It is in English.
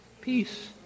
Peace